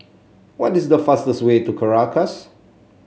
what is the fastest way to Caracas